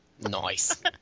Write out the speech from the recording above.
Nice